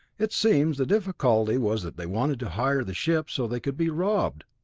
it seems the difficulty was that they wanted to hire the ship so they could be robbed!